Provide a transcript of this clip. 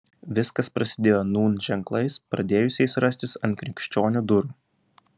viskas prasidėjo nūn ženklais pradėjusiais rastis ant krikščionių durų